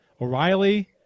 O'Reilly